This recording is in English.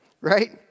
right